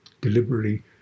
deliberately